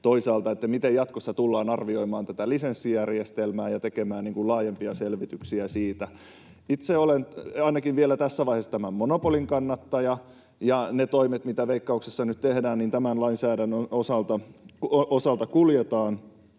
toisaalta, miten jatkossa tullaan arvioimaan tätä lisenssijärjestelmää ja tekemään laajempia selvityksiä siitä. Itse olen, ainakin vielä tässä vaiheessa, tämän monopolin kannattaja, ja ne toimet, mitä Veikkauksessa nyt tehdään, tämän lainsäädännön osalta kuljetaan,